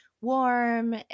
warm